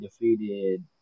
defeated